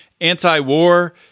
anti-war